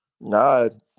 No